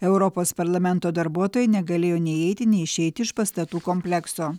europos parlamento darbuotojai negalėjo nei įeiti nei išeiti iš pastatų komplekso